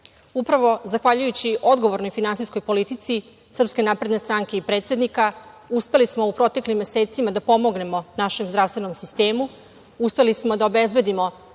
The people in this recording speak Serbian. godina. Upravo zahvaljujući odgovornoj finansijskoj politici SNS i predsednika uspeli smo u proteklim mesecima da pomognemo našem zdravstvenom sistemu, uspeli smo da obezbedimo